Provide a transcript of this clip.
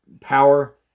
power